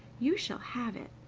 you shall have it,